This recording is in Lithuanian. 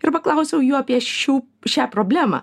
ir paklausiau jų apie šių šią problemą